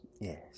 Yes